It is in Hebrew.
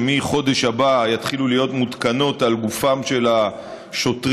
שמהחודש הבא יתחילו להיות מותקנות על גופם של השוטרים,